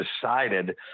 decided